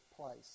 place